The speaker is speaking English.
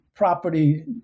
Property